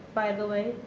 by the way,